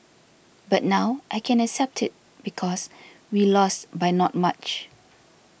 but now I can accept it because we lost by not much